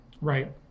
Right